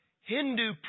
Hindu